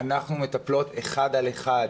אנחנו מטפלות אחד על אחד,